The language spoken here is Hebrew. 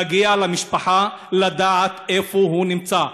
מגיע למשפחה לדעת איפה הוא נמצא.